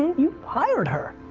you hired her